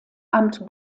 amt